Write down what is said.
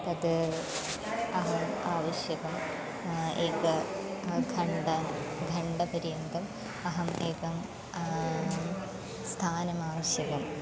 तत् अहम् आवश्यकम् एकं घण्ठा घण्ठापर्यन्तम् अहम् एकं स्थानमावश्यकम्